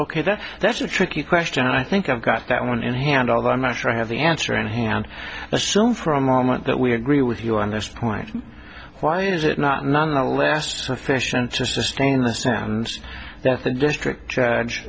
ok that's that's a tricky question i think i've got that one in hand although i'm not sure i have the answer in hand assume for a moment that we agree with you on this point why is it not nonetheless sufficient to sustain the so that the district judge